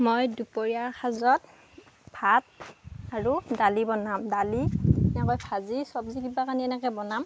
মই দুপৰীয়াৰ সাজত ভাত আৰু দালি বনাম দালি এনেকৈ ভাজি চবজি কিবা কৰি এনেকৈ বনাম